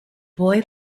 boy